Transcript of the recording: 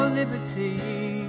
liberty